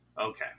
okay